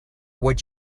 would